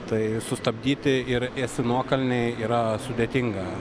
tai sustabdyti ir esi nuokalnėj yra sudėtinga